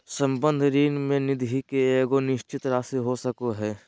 संबंध ऋण में निधि के एगो निश्चित राशि हो सको हइ